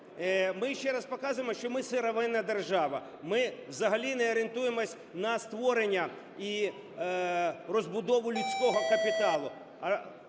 ми ще раз показуємо, що ми сировинна держава, ми взагалі не орієнтуємося на створення і розбудову людського капіталу.